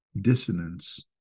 dissonance